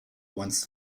once